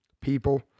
people